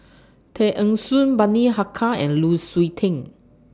Tay Eng Soon Bani Haykal and Lu Suitin